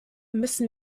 müssen